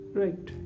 right